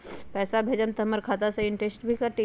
पैसा भेजम त हमर खाता से इनटेशट भी कटी?